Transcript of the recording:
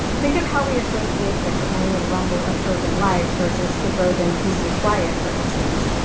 think of how we associate the clang and rumble of urban life versus suburban peace and quiet, for instance,